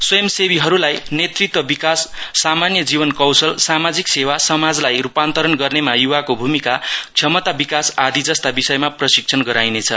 स्वयं सेवीहरूलाई नेतृत्व विकास सामान्य जीवन कौशल सामाजिक सेवा समाजलाई रूपान्तरण गर्नेमा युवाको भुमिका क्षमता विकास आदि जस्ता विषयमा प्रशिक्षण गराइने छ